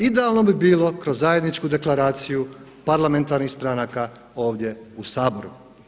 Idealno bi bilo kroz zajedničku deklaraciju parlamentarnih stranaka ovdje u Saboru.